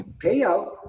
payout